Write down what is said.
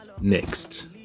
next